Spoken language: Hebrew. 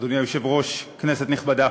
אדוני היושב-ראש, כנסת נכבדה,